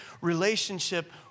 relationship